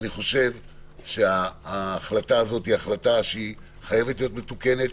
אני חושב שההחלטה הזאת היא חייבת להיות מתוקנת.